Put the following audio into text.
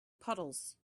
puddles